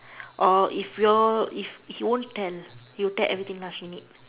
or if you all if if he won't tell he will tell everything last minute